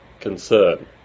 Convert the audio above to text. concern